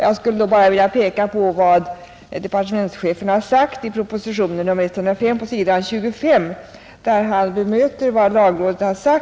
Jag skulle då bara vilja peka på vad departementschefen har anfört i proposition nr 105, s. 25, där han bemöter vad lagrådet har sagt.